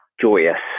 joyous